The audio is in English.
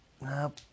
nope